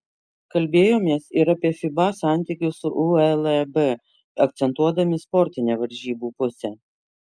kalbėjomės ir apie fiba santykius su uleb akcentuodami sportinę varžybų pusę